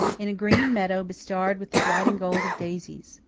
in a green meadow bestarred with the white and gold of daisies.